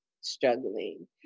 struggling